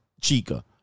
chica